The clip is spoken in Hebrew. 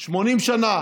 80 שנה